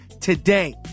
today